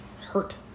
Hurt